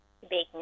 Baking